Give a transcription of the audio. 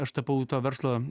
aš tapau to verslo